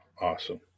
Awesome